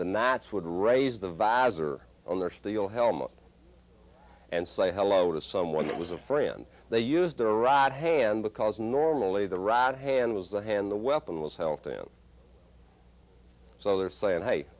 would raise the visor on their steel helmet and say hello to someone that was a friend they used the rod hand because normally the rod handles the hand the weapon was health and so they're saying hey